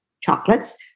chocolates